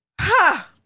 Ha